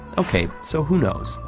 okay, so who knows?